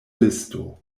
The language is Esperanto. listo